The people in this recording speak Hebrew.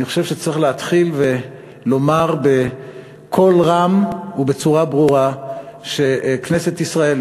אני חושב שצריך להתחיל ולומר בקול רם ובצורה ברורה שכנסת ישראל,